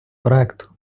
проекту